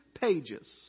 pages